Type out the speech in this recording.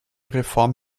reform